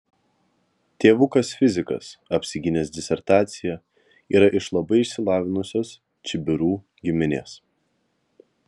tėvukas fizikas apsigynęs disertaciją yra iš labai išsilavinusios čibirų giminės